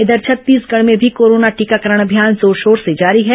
इधर छत्तीसगढ़ में भी कोरोना टीकाकरण अभियान जोरशोर से जारी है